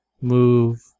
move